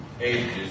ages